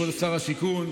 כבוד שר השיכון,